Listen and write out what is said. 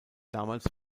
damals